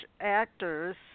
actors